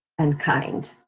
and kind.